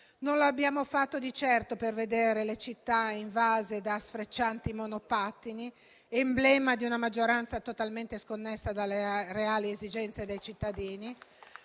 Non l'abbiamo fatto di certo per vedere le città invase da sfreccianti monopattini - emblema di una maggioranza totalmente sconnessa dalle reali esigenze dei cittadini